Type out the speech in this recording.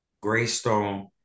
Greystone